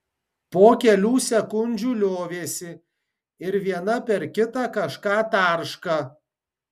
po kelių sekundžių liovėsi ir viena per kitą kažką tarška